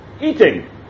eating